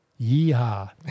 yeehaw